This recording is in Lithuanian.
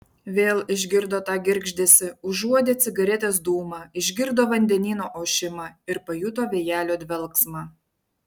vėl išgirdo tą girgždesį užuodė cigaretės dūmą išgirdo vandenyno ošimą ir pajuto vėjelio dvelksmą